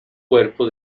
cuerpo